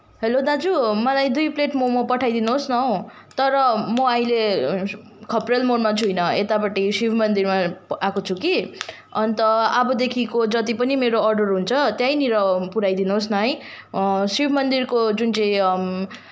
hello दाजु मलाई दुई प्लेट मोमो पठाइदिनुहोस् न हो तर म अहिले खप्रेल मोडमा छैन यतापट्टि शिव मन्दिरमा आएको छु कि अन्त अबदेखिको जत्ति पनि मेरो अर्डर हुन्छ त्यहीँनिर पुऱ्याइदिनुहोस् न है शिव मन्दिरको जुन चाहिँ